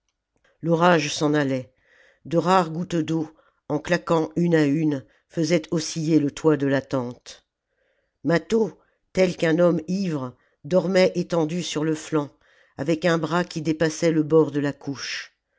l'orage s'en allait de rares gouttes d'eau en claquant une à une faisaient osciller le toit de la tente mâtho tel qu'un homme ivre dormait étendu sur le flanc avec un bras qui dépassait le bord de la couche